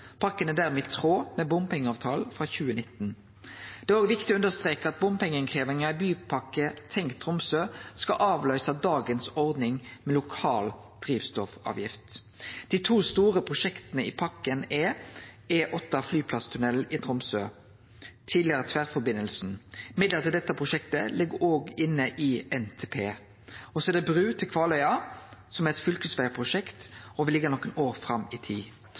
er dermed i tråd med bompengeavtalen frå 2019. Det er òg viktig å understreke at bompengeinnkrevjinga i Bypakke Tenk Tromsø skal avløyse dagens ordning med lokal drivstoffavgift. Dei to store prosjekta i pakka er E8 Flyplasstunnelen i Tromsø, tidlegare tverrforbindinga. Midlar til dette prosjektet ligg òg inne i NTP. Og så er det bru til Kvaløya, som er eit fylkesvegprosjekt og vil liggje nokre år fram i tid.